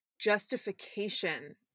justification